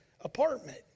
apartment